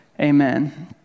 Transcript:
Amen